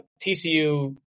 tcu